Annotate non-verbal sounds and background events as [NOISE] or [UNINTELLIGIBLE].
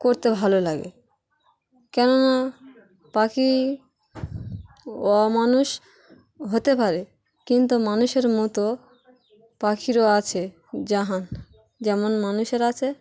করতে ভালো লাগে কেননা পাখি অমানুষ হতে পারে কিন্তু মানুষের মতো পাখিরও আছে [UNINTELLIGIBLE] যেমন মানুষের আছে